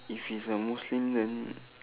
if is a Muslim then